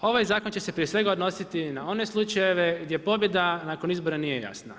Ovaj zakon će se prije svega odnositi na one slučajeve gdje pobjeda nakon izbora nije jasna.